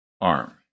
arm